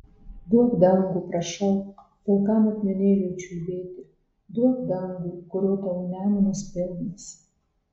duok dangų prašau pilkam akmenėliui čiulbėti duok dangų kurio tavo nemunas pilnas